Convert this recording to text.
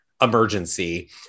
emergency